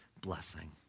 blessing